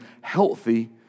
healthy